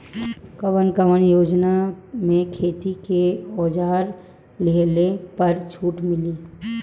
कवन कवन योजना मै खेती के औजार लिहले पर छुट मिली?